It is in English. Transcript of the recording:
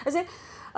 I say uh